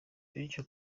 bityo